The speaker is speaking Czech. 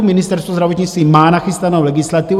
Ministerstvo zdravotnictví má nachystanou legislativu.